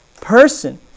person